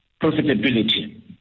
profitability